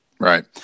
Right